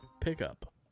Pickup